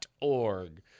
org